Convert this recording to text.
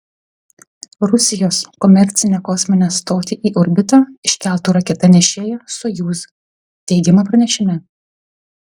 rusijos komercinę kosminę stotį į orbitą iškeltų raketa nešėja sojuz teigiama pranešime